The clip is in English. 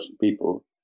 people